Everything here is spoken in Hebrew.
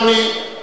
אדוני.